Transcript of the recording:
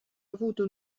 avuto